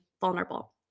vulnerable